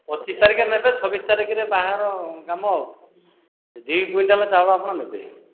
ପଚିଶ ତାରିଖରେ ନେବେ ଛବିସ ତାରିଖରେ ବାହାଘର କାମ ଆଉ ଦୁଇ କୁଇଣ୍ଟାଲ୍ ଚାଉଳ ଆପଣ ନେବେ